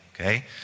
okay